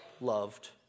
loved